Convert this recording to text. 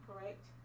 correct